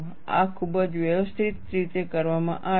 આ ખૂબ જ વ્યવસ્થિત રીતે કરવામાં આવે છે